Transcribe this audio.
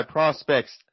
Prospects